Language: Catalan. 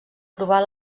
provar